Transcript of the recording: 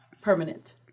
Permanent